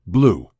Blue